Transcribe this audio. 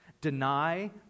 Deny